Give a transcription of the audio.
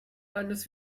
eines